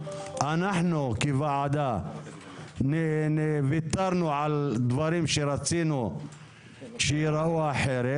אנחנו כוועדה ויתרנו על דברים שרצינו שייראו אחרת